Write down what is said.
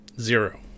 Zero